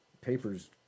papers